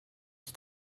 die